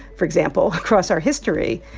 for example, across our history.